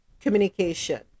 Communication